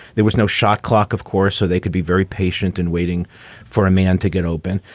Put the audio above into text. there was no shot clock, of course, so they could be very patient in waiting for a man to get open.